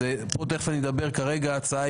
כרגע ההצעה